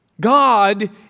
God